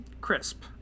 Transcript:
Crisp